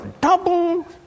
double